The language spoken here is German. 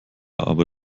aber